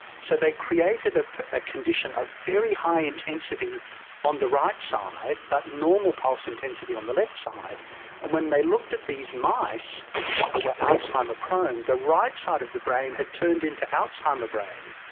so they created ah a condition of very high intensity on the right side, but normal pulse intensity on the left side. and when they looked at these mice that were alzheimer's prone, the right side of the brain had turned into alzheimer's ah brain,